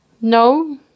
No